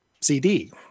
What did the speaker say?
CD